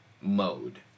mode